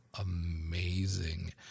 amazing